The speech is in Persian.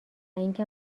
اینکه